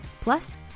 Plus